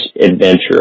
adventure